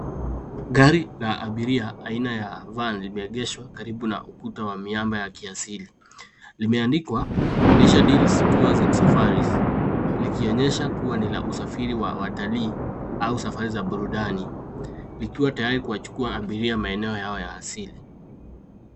Gari la abiria limeegeshwa karibu na ukuta wa miamba ya kiasili. Limeandikwa “Leisure Deals, Tours, and Safaris” likionyesha kuwa ni usafiri wa watalii au safari za burudani. Likiwa tayari kuwachukua abiria kuelekea maeneo ya asili.